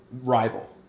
rival